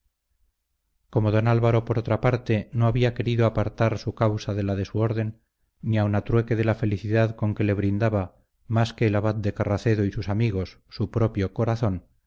como don álvaro por otra parte no había querido apartar su causa de la de su orden ni aun a trueque de la felicidad con que le brindaba más que el abad de carracedo y sus amigos su propio corazón